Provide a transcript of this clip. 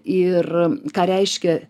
ir ką reiškia